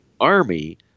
Army